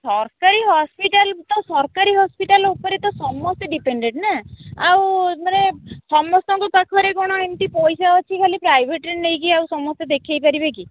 ସରକାରୀ ହସ୍ପିଟାଲ୍ ତ ସରକାରୀ ହସ୍ପିଟାଲ୍ ଉପରେ ତ ସମସ୍ତେ ଡିପେଣ୍ଡେଟ୍ ନା ଆଉ ମାନେ ସମସ୍ତଙ୍କ ପାଖରେ କ'ଣ ଏମିତି ପଇସା ଅଛି ଖାଲି ପ୍ରାଇଭେଟ୍ରେ ନେଇକି ଆଉ ସମସ୍ତେ ଦେଖେଇ ପାରିବେ କି